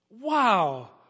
Wow